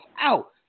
out